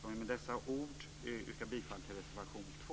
Med dessa ord yrkar jag bifall till reservation 2.